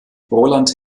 roland